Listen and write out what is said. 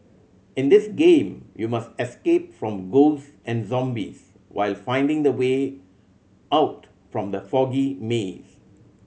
in this game you must escape from ghosts and zombies while finding the way out from the foggy maze